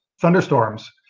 thunderstorms